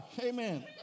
Amen